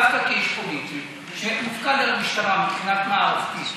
דווקא כאיש פוליטי שהופקד על המשטרה מבחינה מערכתית,